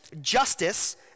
justice